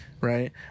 right